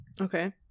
Okay